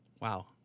wow